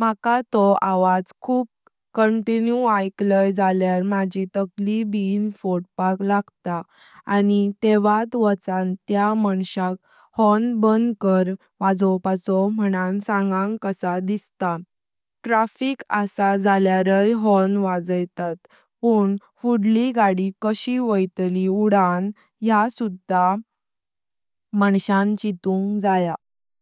मला तो आवाज खूप कंटिन्यू ऐकले झाल्यार मझी तकली ब फोडपाक लगता आणि तेवत वाचण त्या माणस्यान हॉर्न बंद कर वाजवपाचो मन्न सांगंग कसा दिसता, ट्राफिक असा झाल्यार हॉर्न वाजैतात पण पुढली गाडी कशी वोइतली उडान, या सुधा माणस्यान चितुंग जया।